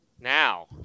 Now